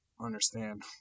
understand